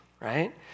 right